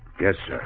yes,